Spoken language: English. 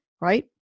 right